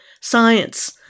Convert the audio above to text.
science